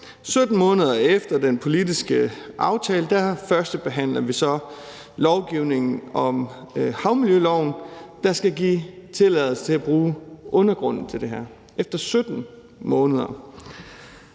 17 måneder efter den politiske aftale, førstebehandler vi så et lovforslag om at ændre havmiljøloven, der skal give tilladelse til at bruge undergrunden til det her. Det er altså efter